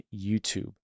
YouTube